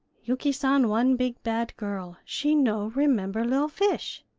yuki san one big bad girl she no remember li'l fish.